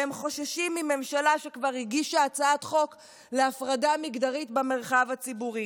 והם חוששים מממשלה שכבר הגישה הצעת חוק להפרדה המגדרית במרחב הציבורי.